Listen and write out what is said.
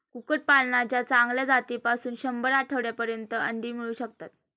कुक्कुटपालनाच्या चांगल्या जातीपासून शंभर आठवड्यांपर्यंत अंडी मिळू शकतात